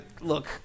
look